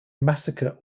massacre